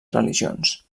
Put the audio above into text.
religions